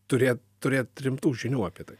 turėt turėt rimtų žinių apie tai